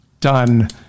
done